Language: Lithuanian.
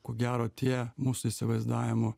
ko gero tie mūsų įsivaizdavimu